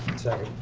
second.